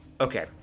okay